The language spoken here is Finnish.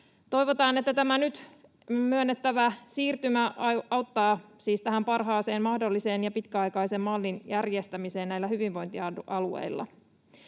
Toivotaan, että tämä nyt myönnettävä siirtymä auttaa siis parhaan mahdollisen ja pitkäaikaisen mallin järjestämisessä näillä hyvinvointialueilla.